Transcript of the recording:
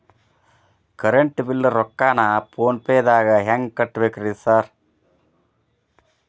Current bill ರೊಕ್ಕಾನ phone ಪೇದಾಗ ಹೆಂಗ್ ಕಟ್ಟಬೇಕ್ರಿ ಸರ್?